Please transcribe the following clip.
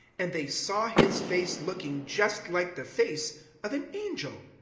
and they saw his face looking just like the face of an angel.